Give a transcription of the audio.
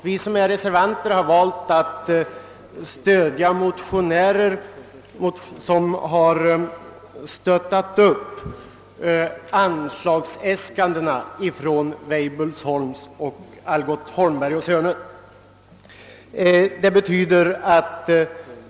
Vi reservanter stöder motioner som fullföljer anslagsäskandena från MWeibullsholm och Algot Holmberg och Söner.